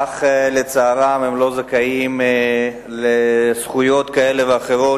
אך לצערם הם לא זכאים לזכויות כאלה ואחרות